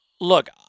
Look